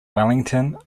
wellington